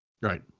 right